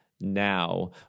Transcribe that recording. now